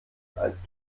als